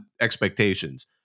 expectations